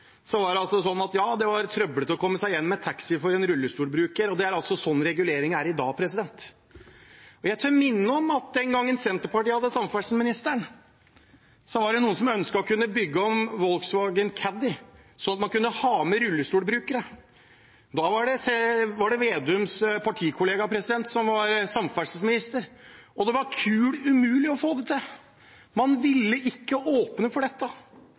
så er alt perfekt. Det er spesielt å høre fra foregående representant at det er trøblete å komme seg hjem med taxi for en rullestolbruker, for det er altså sånn reguleringen er i dag. Jeg tør minne om at den gangen Senterpartiet hadde samferdselsministeren, var det noen som ønsket å kunne bygge om Volkswagen Caddy, sånn at man kunne ha med rullestolbrukere. Da var det representanten Slagsvold Vedums partikollega som var samferdselsminister, og det var kul umulig å få det til. Man ville ikke åpne for dette.